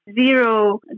zero